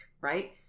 right